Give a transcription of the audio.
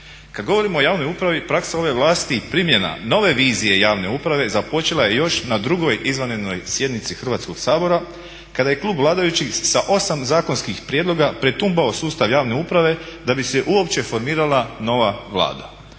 Kada govorimo o javnoj upravi, praksa ove vlasti i primjena nove vizije javne uprave započela je još na drugoj izvanrednoj sjednici Hrvatskog sabora kada je klub vladajućih sa 8 zakonskih prijedlog pretumbao sustav javne uprave da bi se uopće formirala nova Vlada.